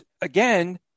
again